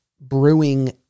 brewing